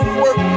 work